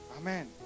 Amen